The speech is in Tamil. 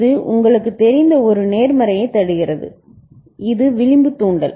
இது உங்களுக்குத் தெரிந்த ஒரு நேர்மறையைத் தருகிறது இது விளிம்பு தூண்டுதல்